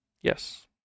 Yes